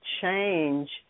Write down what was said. change